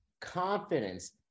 Confidence